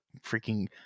freaking